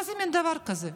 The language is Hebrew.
איזה מין דבר זה?